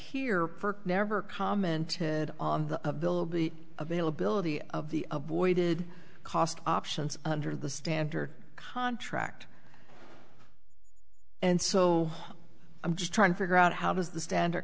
here never commented on the bill of the availability of the avoided cost options under the standard contract and so i'm just trying to figure out how does the standard